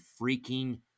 freaking